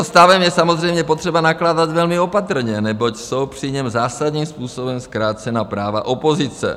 S tímto stavem je samozřejmě potřeba nakládat velmi opatrně, neboť jsou při něm zásadním způsobem zkrácena práva opozice.